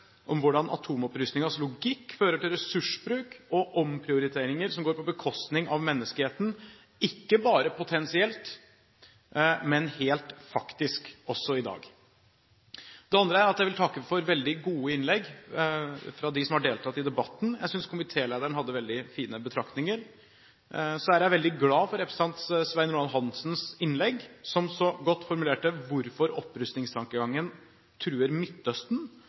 om hvordan atomopprustingens logikk fører til ressursbruk og omprioriteringer som går på bekostning av menneskeheten – ikke bare potensielt, men helt faktisk – også i dag. Det andre er at jeg vil takke for veldig gode innlegg fra dem som har deltatt i debatten. Jeg synes komitélederen hadde veldig fine betraktninger. Så er jeg veldig glad for representanten Svein Roald Hansens innlegg, som så godt formulerte hvorfor opprustningstankegangen truer